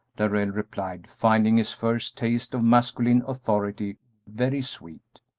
darrell replied, finding his first taste of masculine authority very sweet.